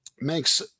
makes